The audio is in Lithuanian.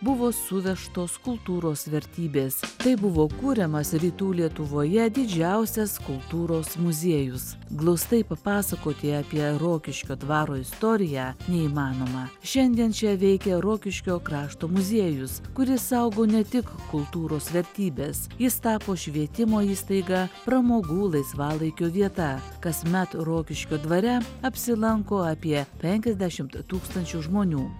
buvo suvežtos kultūros vertybės taip buvo kuriamas rytų lietuvoje didžiausias kultūros muziejus glaustai papasakoti apie rokiškio dvaro istoriją neįmanoma šiandien čia veikia rokiškio krašto muziejus kuris saugo ne tik kultūros vertybes jis tapo švietimo įstaiga pramogų laisvalaikio vieta kasmet rokiškio dvare apsilanko apie penkiasdešimt tūkstančių žmonių